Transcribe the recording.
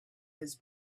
his